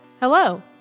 Hello